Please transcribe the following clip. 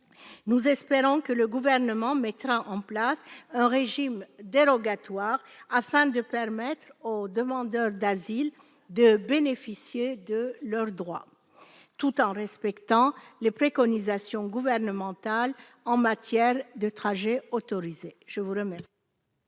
nous espérons que le Gouvernement mettra en place un régime dérogatoire, afin de permettre aux demandeurs d'asile de bénéficier de leurs droits, tout en respectant les préconisations gouvernementales en matière de trajet autorisé. L'amendement